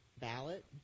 ballot